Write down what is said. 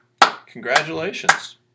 congratulations